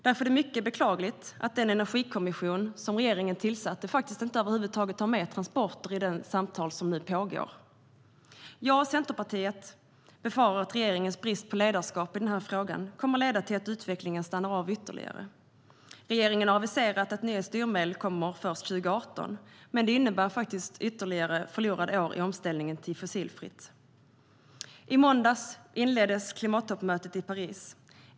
Därför är det mycket beklagligt att den energikommission som regeringen har tillsatt över huvud taget inte har med transporter i de samtal som nu pågår. Jag och Centerpartiet befarar att regeringens brist på ledarskap i frågan kommer att leda till att utvecklingen stannar av ytterligare. Regeringen har aviserat att nya styrmedel kommer först 2018. Det innebär ytterligare förlorade år i omställningen till fossilfritt. I måndags inleddes klimattoppmötet i Paris.